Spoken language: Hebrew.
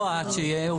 לא את,